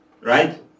right